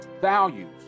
values